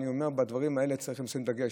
אני אומר שעל הדברים האלה צריך לשים דגש.